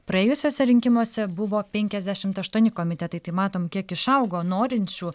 praėjusiuose rinkimuose buvo penkiasdešimt aštuoni komitetai tai matom kiek išaugo norinčių